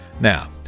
Now